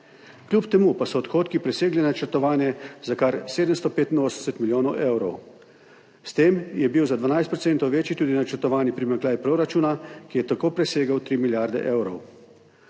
kljub temu pa so odhodki presegli načrtovane za kar 785 milijonov evrov. S tem je bil za 12 % večji tudi načrtovani primanjkljaj proračuna, ki je tako presegel 3 milijarde evrov.